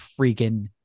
freaking